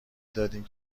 دادین